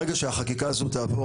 ברגע שהחקיקה הזאת תעבור,